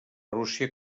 rússia